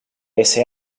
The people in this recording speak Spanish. ese